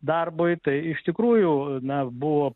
darbui tai iš tikrųjų na buvo